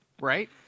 Right